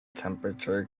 temperature